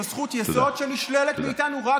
זאת זכות יסוד שנשללת מאיתנו, תודה.